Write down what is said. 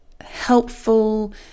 helpful